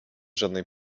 żadnej